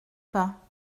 pas